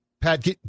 Pat